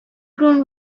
ground